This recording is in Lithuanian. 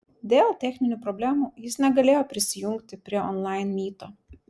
dėl techninių problemų jis negalėjo prisijungti prie onlain myto